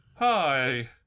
Hi